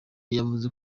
yavuze